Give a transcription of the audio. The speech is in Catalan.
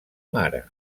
mare